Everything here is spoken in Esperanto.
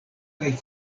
kaj